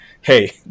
Hey